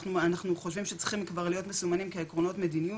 אנחנו חושבים שכבר צריכים להיות מסומנים כעקרונות מדיניות,